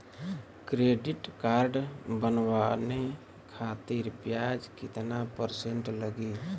Credit card बनवाने खातिर ब्याज कितना परसेंट लगी?